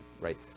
right